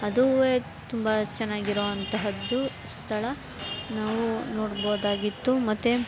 ಅದುವೇ ತುಂಬ ಚೆನ್ನಾಗಿರುವಂತಹದ್ದು ಸ್ಥಳ ನಾವು ನೋಡ್ಬೋದಾಗಿತ್ತು ಮತ್ತು